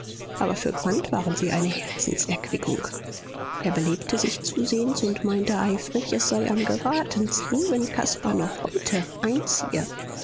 aber für quandt waren sie eine herzenserquickung er belebte sich zusehends und meinte eifrig es sei am geratensten wenn caspar noch heute einziehe